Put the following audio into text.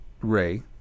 ray